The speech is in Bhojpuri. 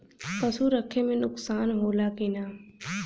पशु रखे मे नुकसान होला कि न?